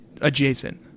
adjacent